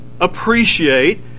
appreciate